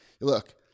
Look